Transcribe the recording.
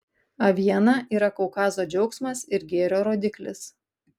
aviena yra kaukazo džiaugsmas ir gėrio rodiklis